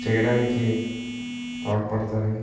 చెయ్యడానికి తోడ్పడతాయి